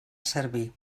servir